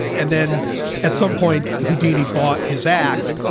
and then at some point, houdini bought his act.